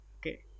Okay